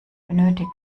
benötigt